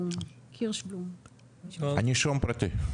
נישום פרטי.